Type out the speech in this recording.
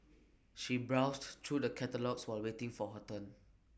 she browsed through the catalogues while waiting for her turn